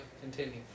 continue